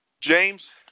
James